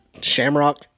shamrock